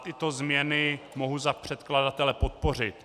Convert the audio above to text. Tyto změny mohu za předkladatele podpořit.